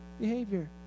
behavior